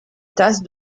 tasse